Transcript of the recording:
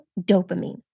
dopamine